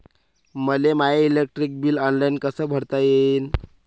मले माय electric bill online कस भरता येईन?